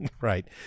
Right